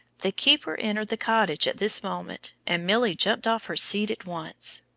the keeper entered the cottage at this moment, and milly jumped off her seat at once.